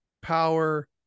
power